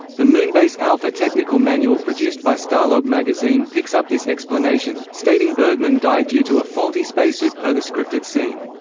the moonbase alpha technical manual produced by starlog magazine picks up this explanation, stating bergman died due to a faulty spacesuit per the scripted scene.